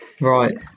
Right